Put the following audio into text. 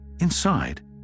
Inside